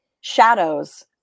Shadows